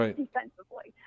defensively